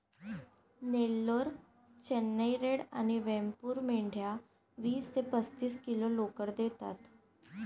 Nellore, Chennai red आणि वेमपूर मेंढ्या वीस ते पस्तीस किलो लोकर देतात